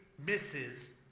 Misses